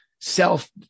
self